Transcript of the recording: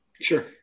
Sure